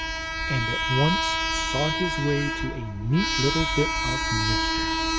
and at once saw his way to a neat little bit of mischief.